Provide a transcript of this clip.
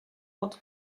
hot